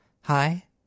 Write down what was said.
Hi